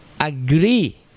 agree